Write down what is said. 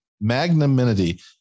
magnanimity